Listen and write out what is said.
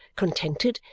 contented,